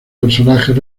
personajes